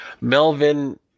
Melvin